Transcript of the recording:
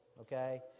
okay